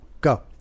Go